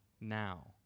now